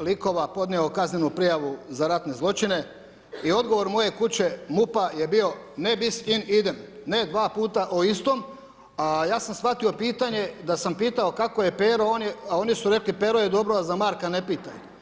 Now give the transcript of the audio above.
likova podnio kaznenu prijavu za ratne zločine i odgovor moje kuće, MUP-a, je bio Ne bis in idem>, ne dva puta o istom, a ja sam shvatio pitanje, da sam pitao kako je Pero, a oni su rekli Pero je dobro, a za Marka ne pitaj.